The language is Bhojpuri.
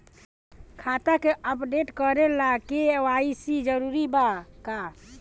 खाता के अपडेट करे ला के.वाइ.सी जरूरी बा का?